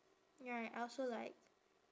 ya I also like